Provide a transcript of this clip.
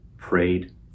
prayed